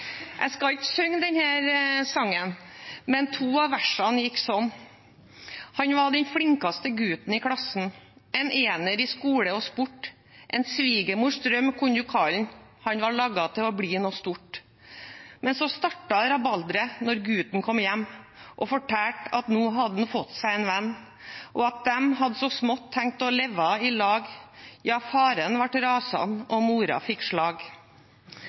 Jeg skal ikke synge sangen, men to av versene gikk sånn: «Han va den flinkaste guten i klassen En ener i skole og sport Ein svigermors drøm koinn du kall ’n Han va lagga te å bli no stort Men så starta rabalderet når guten kom hjem Og fortælt at no hadd’n fått sæ en venn Og at dem hadd så smått tenkt å levva i lag Ja faren vart rasan og mora fikk slag»